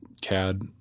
CAD